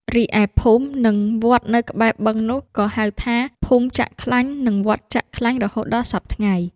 រីឯភូមិ និងវត្តនៅក្បែរបឹងនោះ ក៏ហៅថា “ភូមិចាក់ខ្លាញ់” និង “វត្តចាក់ខ្លាញ់” រហូតដល់សព្វថ្ងៃ។